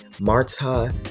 Marta